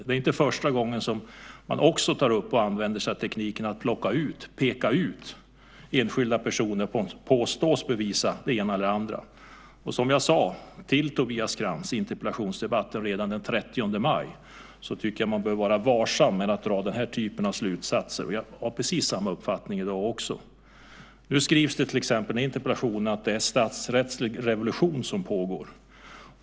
Det är inte första gången som man också använder sig av tekniken att peka ut enskilda personer som påstås bevisa det ena eller det andra. Som jag sade till Tobias Krantz i interpellationsdebatten redan den 30 maj tycker jag att man bör vara varsam med att dra den här typen av slutsatser, och jag har precis samma uppfattning i dag. I interpellationen står det till exempel att det är en statsrättslig revolution som pågår.